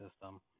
system